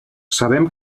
sabem